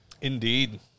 Indeed